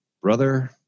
brother